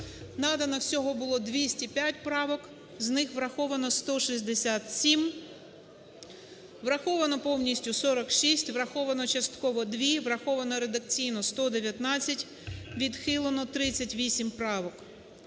Надано всього було 205 правок, з них: враховано – 167 враховано повністю – 46, враховано частково – 2, враховано редакційно – 119, відхилено 38 правок.